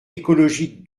écologique